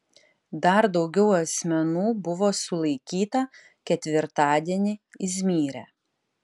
dar daugiau asmenų buvo sulaikyta ketvirtadienį izmyre